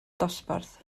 dosbarth